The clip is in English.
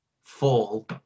fall